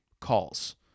calls